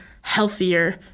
healthier